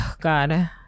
god